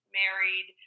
married